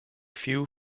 few